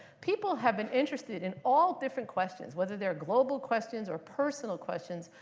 people have been interested in all different questions, whether they're global questions or personal questions,